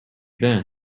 been